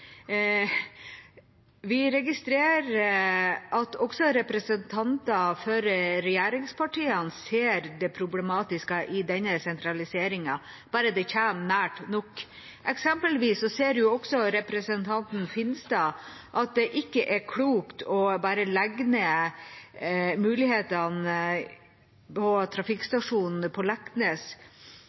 Vi registrerer at også representanter for regjeringspartiene ser det problematiske i denne sentraliseringen, bare den kommer nært nok. Eksempelvis ser representanten Finstad at det ikke er klokt å legge ned trafikkstasjonen på Leknes når kostnadsbesparelsen er på